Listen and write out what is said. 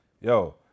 yo